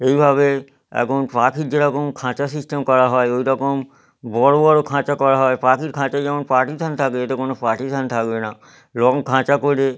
এইভাবে এখন পাখির যেরকম খাঁচা সিস্টেম করা হয় ওইরকম বড় বড় খাঁচা করা হয় পাখির খাঁচায় যেমন পার্টিশন থাকে এটায় কোনও পার্টিশন থাকবে না এরকম খাঁচা করে